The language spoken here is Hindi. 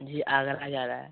जी आगरा जा रहा है